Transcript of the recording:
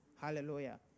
Hallelujah